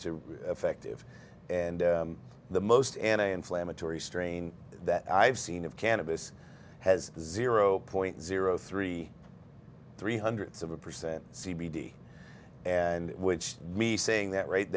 to effective and the most anti inflammatory strain that i've seen of cannabis has zero point zero three three hundred seven percent c b d and which me saying that right